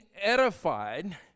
edified